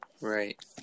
right